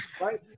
right